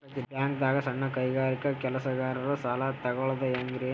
ಬ್ಯಾಂಕ್ದಾಗ ಸಣ್ಣ ಕೈಗಾರಿಕಾ ಕೆಲಸಗಾರರು ಸಾಲ ತಗೊಳದ್ ಹೇಂಗ್ರಿ?